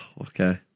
Okay